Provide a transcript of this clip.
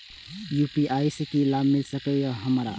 UPI से की लाभ मिल सकत हमरा?